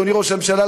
אדוני ראש הממשלה,